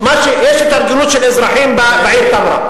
יש התארגנות של אזרחים בעיר תמרה,